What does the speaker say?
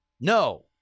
No